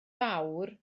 fawr